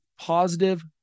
positive